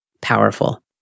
powerful